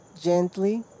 gently